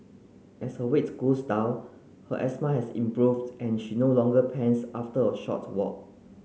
as her weight goes down her asthma has improved and she no longer pants after a short walk